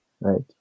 right